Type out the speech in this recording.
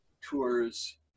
tours